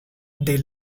they